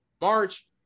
March